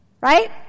right